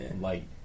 Light